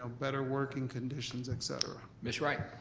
ah better working conditions, et cetera. ms. wright.